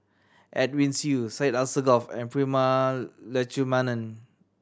Edwin Siew Syed Alsagoff and Prema Letchumanan